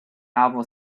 novel